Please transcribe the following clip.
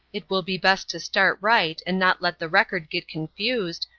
it will be best to start right and not let the record get confused,